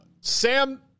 Sam